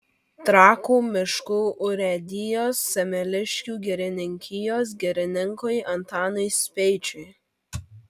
trakų miškų urėdijos semeliškių girininkijos girininkui antanui speičiui